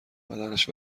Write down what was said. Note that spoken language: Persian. بدنش